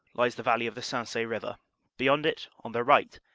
lies the valley of the sensee river beyond it, on the right,